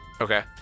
Okay